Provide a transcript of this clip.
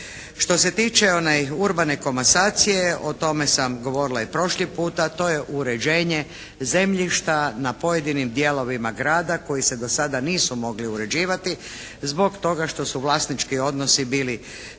Što se tiče urbane komasacije o tome sam govorila i prošli puta to je uređenje zemljišta na pojedinim dijelovima grada koji se do sada nisu mogli uređivati zbog toga što su vlasnički odnosi bili